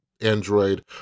Android